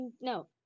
no